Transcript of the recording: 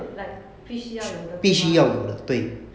like 必须要有的对吗